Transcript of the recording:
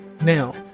now